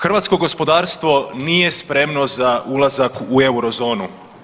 Hrvatsko gospodarstvo nije spremno za ulazak u euro zonu.